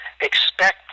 Expect